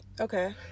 Okay